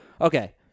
Okay